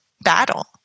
battle